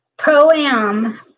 Pro-Am